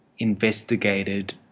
investigated